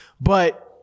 But-